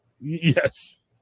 Yes